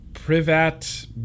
Privat